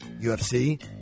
UFC